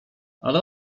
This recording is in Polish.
ale